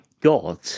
God